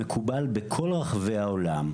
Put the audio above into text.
שמקובל בכל רחבי העולם,